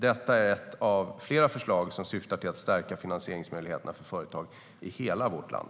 Detta är ett av flera förslag som syftar till att stärka finansieringsmöjligheterna för företag i hela vårt land.